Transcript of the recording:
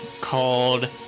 called